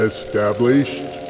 Established